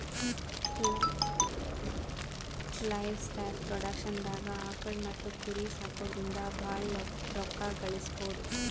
livestock ಪ್ರೊಡಕ್ಷನ್ದಾಗ್ ಆಕುಳ್ ಮತ್ತ್ ಕುರಿ ಸಾಕೊದ್ರಿಂದ ಭಾಳ್ ರೋಕ್ಕಾ ಗಳಿಸ್ಬಹುದು